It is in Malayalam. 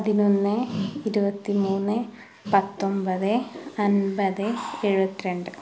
പതിനൊന്ന് ഇരുപത്തിമൂന്ന് പത്തൊൻപത് അൻപത് എഴുപത്തിരണ്ട്